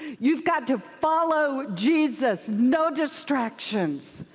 you've got to follow jesus, no distraction,